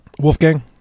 Wolfgang